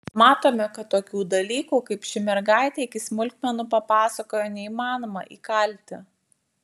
matome kad tokių dalykų kaip ši mergaitė iki smulkmenų papasakojo neįmanoma įkalti